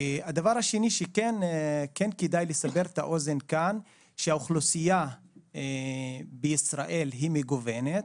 הדבר השני שכן כדאי לסבר את האוזן כאן: האוכלוסייה בישראל היא מגוונת.